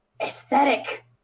aesthetic